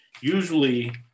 Usually